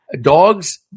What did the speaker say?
dog's